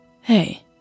Hey